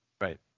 Right